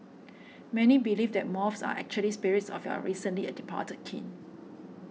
many believe that moths are actually spirits of your recently a departed kin